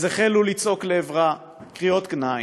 אז החלו לצעוק לעברה קריאות גנאי,